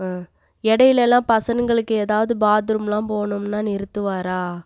ஆ இடையிலேலாம் பசங்களுக்கு ஏதாது பாத்ரூம்லாம் போகணும்னா நிறுத்துவாரா